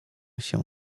się